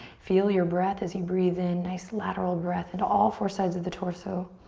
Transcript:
feel your breath as you breathe in, nice lateral breath into all four sides of the torso.